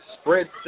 spread